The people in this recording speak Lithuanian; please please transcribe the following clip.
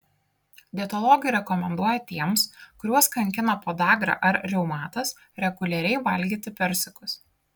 dietologai rekomenduoja tiems kuriuos kankina podagra ar reumatas reguliariai valgyti persikus